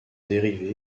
dérivé